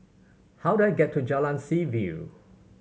how do I get to Jalan Seaview